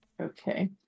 Okay